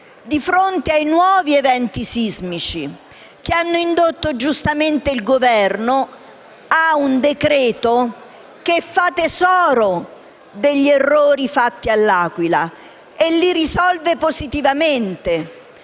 di fronte ai nuovi eventi sismici che hanno indotto, giustamente, il Governo a emanare un decreto-legge che fa tesoro degli errori commessi a L'Aquila e li risolve positivamente.